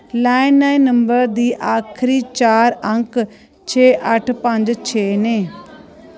landline number दी आखरी चार अंक छे अट्ठ पंज छे न